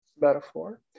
metaphor